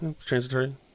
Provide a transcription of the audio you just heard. transitory